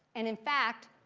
and in fact,